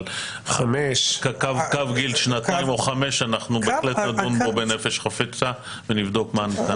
אבל קו גיל של שנתיים או חמש נדון בו בנפש חפצה ונבדוק מה ניתן לעשות.